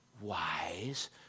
wise